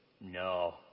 No